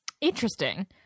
interesting